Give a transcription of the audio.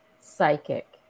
psychic